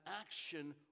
action